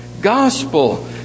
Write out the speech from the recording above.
gospel